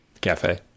Cafe